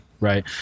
Right